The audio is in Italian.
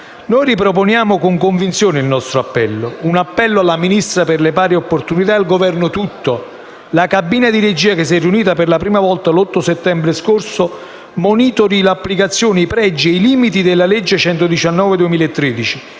Noi riproponiamo con convinzione il nostro appello. Un appello alla Ministra per le pari opportunità e al Governo tutto: la cabina di regia, che si è riunita per la prima volta l'8 settembre scorso, monitori l'applicazione, i pregi e i limiti della legge n.